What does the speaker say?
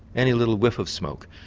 any little whiff of smoke.